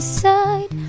side